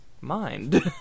mind